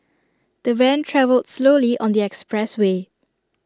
the van travelled slowly on the expressway